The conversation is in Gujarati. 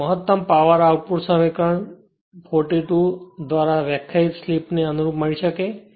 તેથી મહત્તમ પાવર આઉટપુટ સમીકરણ 42 દ્વારા વ્યાખ્યાયિત સ્લિપને અનુરૂપ મળી શકે